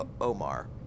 Omar